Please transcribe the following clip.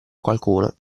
qualcuno